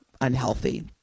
unhealthy